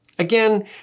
Again